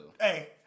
Hey